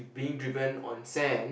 being driven on sand